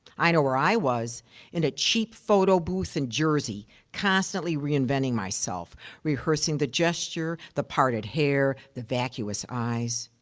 i know where i was in a cheap photo booth in jersey constantly reinventing myself rehearsing the gesture, the parted hair, the vacuous eyes.